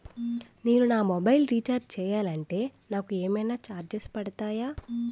నేను నా mobile recharge చేయాలంటే నాకు ఏమైనా చార్జెస్ పడతాయా?